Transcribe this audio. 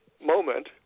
moment